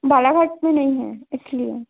बालाघाट में नहीं है इसलिए